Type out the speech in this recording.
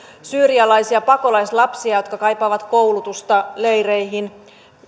syyrialaisia pakolaislapsia jotka kaipaavat koulutusta leireihin